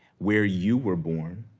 where you were born,